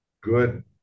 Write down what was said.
good